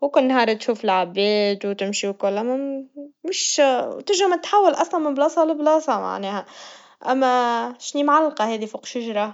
وكون النهار تشوف العباد, وتمشوا الكل من ش- وتنجم تحول أصلاً من مكان لمكان معناها, أما شني معلقا هذي فوق شجرا.